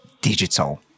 digital